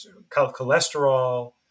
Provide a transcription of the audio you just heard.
cholesterol